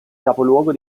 capoluogo